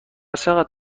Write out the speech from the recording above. چقدر